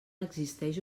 existeix